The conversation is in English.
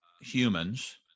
humans